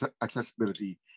accessibility